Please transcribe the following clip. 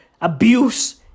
Abuse